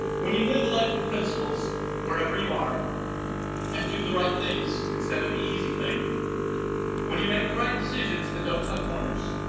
when you live a life of principles wherever you are and do the right things instead of the easy thing when you make the right decisions and don't cut corners